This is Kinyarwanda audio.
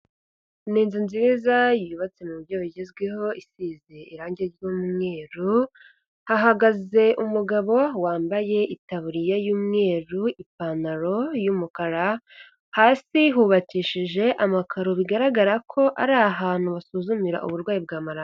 Ni inzu nziza yubatse mu buryo bugezweho, isize irangi ry'umweru, hahagaze umugabo wambaye itaburiya y'umweru, ipantaro y'umukara, hasi hubakishije amakaro bigaragara ko ari ahantu basuzumira uburwayi bwa malariya.